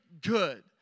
good